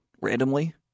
randomly